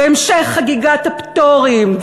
והמשך חגיגת הפטורים,